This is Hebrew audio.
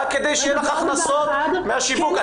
רק כדי שיהיה לך הכנסות מהשיווק.